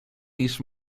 niż